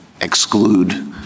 exclude